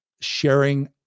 sharing